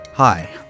Hi